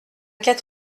quatre